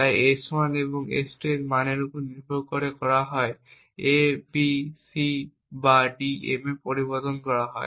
তাই S1 এবং S2 এর মানের উপর নির্ভর করে হয় A B C বা D M তে পরিবর্তন করা হয়